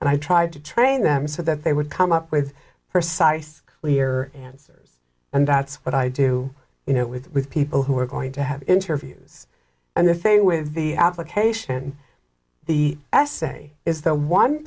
and i tried to train them so that they would come up with her sysfs clear answers and that's what i do you know with with people who are going to have interviews and the thing with the application the essay is the one